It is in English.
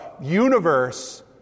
universe